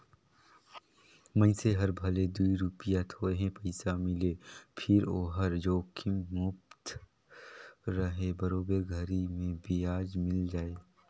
मइनसे हर भले दूई रूपिया थोरहे पइसा मिले फिर ओहर जोखिम मुक्त रहें बरोबर घरी मे बियाज मिल जाय